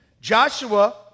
Joshua